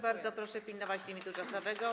Bardzo proszę pilnować limitu czasowego.